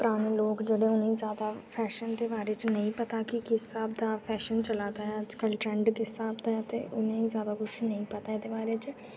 पराने लोक जेह्ड़े न उ'नेंगी जादा फैशन दे बारै च ने्ईं पता की किश स्हाब दा फैशन चला दा ऐ अज्जकल ट्रैंड किस स्हाब ते उ'नेंगी सब कुछ नेईं पता एह्दे बारै च